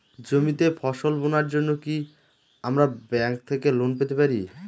জমিতে ফসল বোনার জন্য কি আমরা ব্যঙ্ক থেকে লোন পেতে পারি?